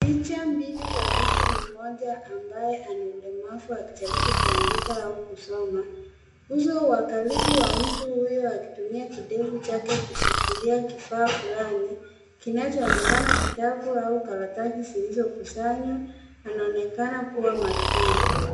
Picha mbili za mtu mmoja ambaye ana ulemavu akijaribu kuandika au kusoma. Uso wa karibu wa mtu huyo akitumia kidevu chake kushikilia kifaa flani. Kinachoonekana vitabu au karatasi zilizokusanywa, anaonekana kuwa makini.